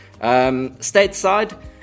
Stateside